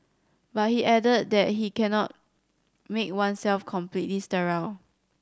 but he added that he cannot make oneself completely sterile